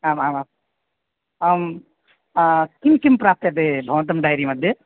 आम् आम् आम् आं किं किं प्राप्यते भवतः डैरी मध्ये